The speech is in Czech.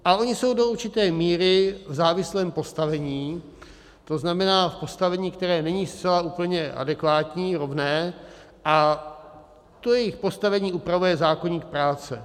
A oni jsou do určité míry v závislém postavení, to znamená v postavení, které není zcela úplně adekvátní, rovné, a to jejich postavení upravuje zákoník práce.